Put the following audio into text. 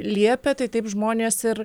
liepia tai taip žmonės ir